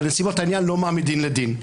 בנסיבות העניין לא מעמידים לדין.